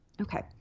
Okay